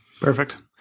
Perfect